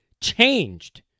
changed